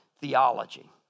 theology